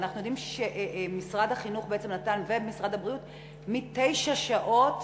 אנחנו יודעים שמשרד החינוך ומשרד הבריאות נתנו מתשע שעות